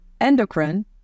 endocrine